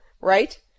right